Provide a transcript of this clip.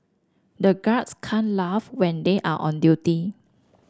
the guards can't laugh when they are on duty